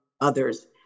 others